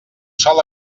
sol